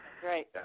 Great